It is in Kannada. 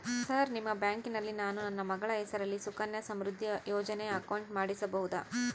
ಸರ್ ನಿಮ್ಮ ಬ್ಯಾಂಕಿನಲ್ಲಿ ನಾನು ನನ್ನ ಮಗಳ ಹೆಸರಲ್ಲಿ ಸುಕನ್ಯಾ ಸಮೃದ್ಧಿ ಯೋಜನೆ ಅಕೌಂಟ್ ಮಾಡಿಸಬಹುದಾ?